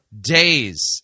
days